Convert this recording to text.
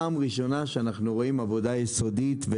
וזאת פעם ראשונה שאנחנו רואים עבודה יסודית,